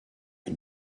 can